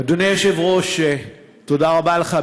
אדוני היושב-ראש, תודה רבה לך.